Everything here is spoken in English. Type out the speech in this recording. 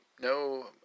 no